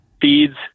feeds